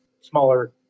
Smaller